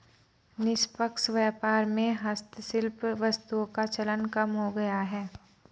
निष्पक्ष व्यापार में हस्तशिल्प वस्तुओं का चलन कम हो गया है